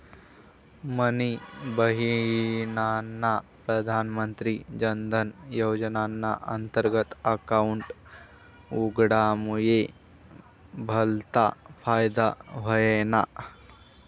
मनी बहिनना प्रधानमंत्री जनधन योजनाना अंतर्गत अकाउंट उघडामुये भलता फायदा व्हयना